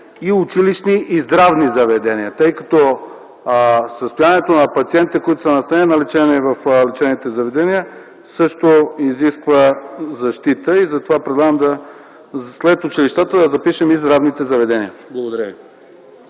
„и училищни, и здравни заведения”, тъй като състоянието на пациентите, които са настанени за лечение в лечебните заведения също изисква защита. Затова предлагам след училищата да за запишем и здравните заведения. Благодаря